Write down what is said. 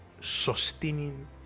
sustaining